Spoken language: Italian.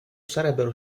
sarebbero